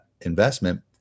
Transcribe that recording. investment